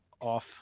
off